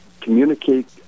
communicate